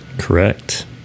Correct